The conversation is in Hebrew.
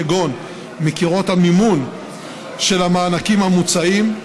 כגון מקורות המימון של המענקים המוצעים,